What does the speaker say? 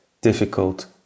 difficult